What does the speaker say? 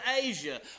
Asia